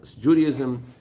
Judaism